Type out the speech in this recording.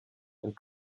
and